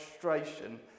frustration